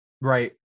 Right